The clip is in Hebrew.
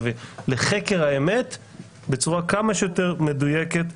שיביא לחקר האמת בצורה כמה שיותר מדויקת ונכונה.